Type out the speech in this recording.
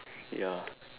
ya